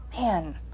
man